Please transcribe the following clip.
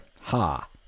Ha